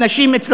הנשים אצלכם,